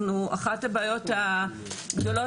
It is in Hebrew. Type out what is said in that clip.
זאת אחת הבעיות הגדולות.